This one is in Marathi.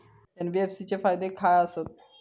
एन.बी.एफ.सी चे फायदे खाय आसत?